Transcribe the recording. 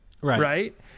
right